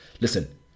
listen